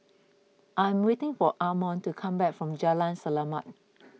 I am waiting for Armond to come back from Jalan Selamat